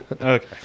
Okay